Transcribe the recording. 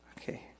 Okay